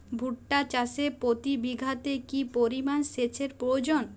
ভুট্টা চাষে প্রতি বিঘাতে কি পরিমান সেচের প্রয়োজন?